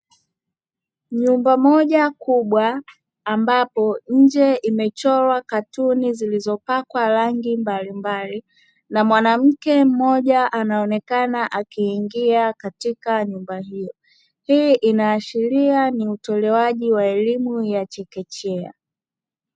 Nyumba moja kubwa ambapo nje imechorwa katuni zilizopakwa rangi mbalimbali na mwanamke mmoja anaonekana akiingia katika nyumba hiyo. Hii inaashiria ni utolewaji wa elimu ya chekechea.